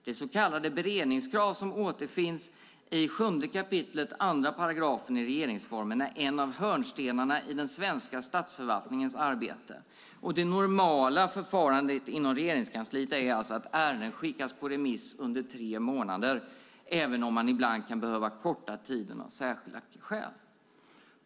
Det så kallade beredningskrav som återfinns i 7 kap. 2 § regeringsformen är en av hörnstenarna i den svenska statsförvaltningens arbete. Det normala förfarandet inom Regeringskansliet är alltså att ärenden är ute på remiss under tre månader, även om tiden ibland kan behöva kortas av särskilda skäl.